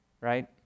right